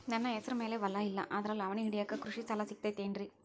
ನನ್ನ ಹೆಸರು ಮ್ಯಾಲೆ ಹೊಲಾ ಇಲ್ಲ ಆದ್ರ ಲಾವಣಿ ಹಿಡಿಯಾಕ್ ಕೃಷಿ ಸಾಲಾ ಸಿಗತೈತಿ ಏನ್ರಿ?